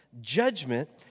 judgment